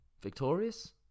Victorious